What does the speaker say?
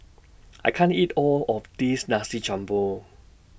I can't eat All of This Nasi Campur